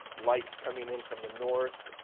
lights coming in from the north,